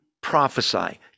prophesy